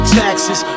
taxes